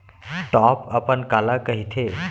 Top अपन काला कहिथे?